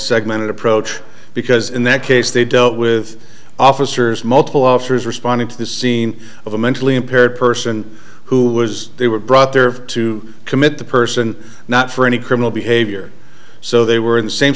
segmented approach because in that case they dealt with officers multiple officers responding to the scene of a mentally impaired person who was they were brought there to commit the person not for any criminal behavior so they were in the same